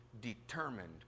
determined